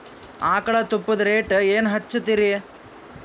ಆಕಳ ತುಪ್ಪದ ರೇಟ್ ಏನ ಹಚ್ಚತೀರಿ?